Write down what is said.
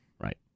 Right